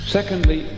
Secondly